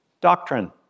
doctrine